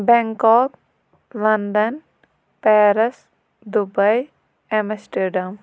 Bangkok London Paris Dubai Amsterdam